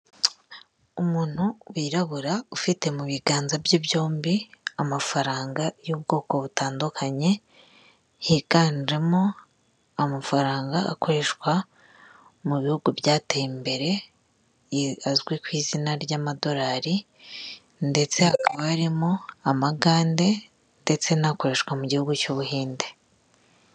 Umuntu wirabura ufite mu biganza bye byombi amafaranga y'ubwoko butandukanye higanjemo amafaranga akoreshwa mu bihugu byateye imbere, azwi ku izina ry'amadorari, ndetse hakaba harimo amagande ndetse n'akoreshwa mu gihugu cy'ubuhinde.